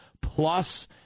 plus